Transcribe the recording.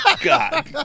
God